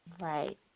Right